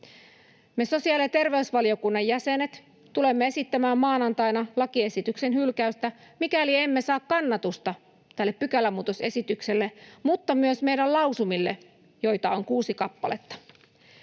Me sosiaali- ja terveysvaliokunnan perussuomalaiset jäsenet tulemme esittämään maanantaina lakiesityksen hylkäystä, mikäli emme saa kannatusta tälle pykälämuutosesitykselle, mutta myös meidän lausumille, joita on kuusi kappaletta.